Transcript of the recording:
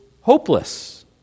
hopeless